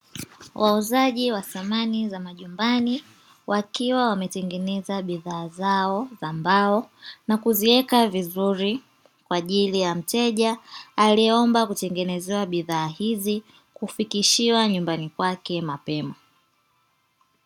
Wauzaji wa samani za majumbani wakiwa wametengeneza bidhaa zao, na kuziweka vizuri kwa ajili ya mteja aliyeomba kutengenezwa bidhaa hizi kufikishiwa nyumbani kwake mapema.